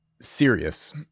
serious